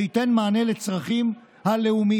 שייתן מענה על הצרכים הלאומיים.